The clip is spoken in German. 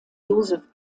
josef